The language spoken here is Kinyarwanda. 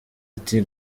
ati